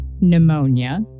pneumonia